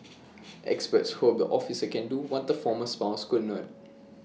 experts hope the officer can do what the former spouse cannot